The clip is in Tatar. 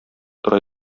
тора